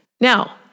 Now